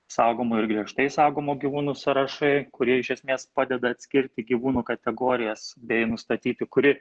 saugomų ir griežtai saugomų gyvūnų sąrašai kurie iš esmės padeda atskirti gyvūnų kategorijas bei nustatyti kuri